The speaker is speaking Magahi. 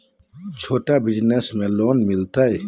छोटा बिजनस में लोन मिलेगा?